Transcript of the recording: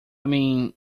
mean